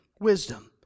wisdom